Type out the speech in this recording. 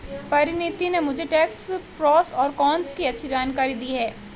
परिनीति ने मुझे tax pros और कोन्स की अच्छी जानकारी दी है